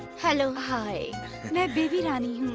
hello! hi! and i'm baby rani.